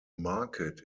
market